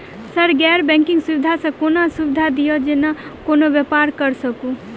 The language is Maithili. सर गैर बैंकिंग सुविधा सँ कोनों सुविधा दिए जेना कोनो व्यापार करऽ सकु?